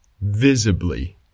visibly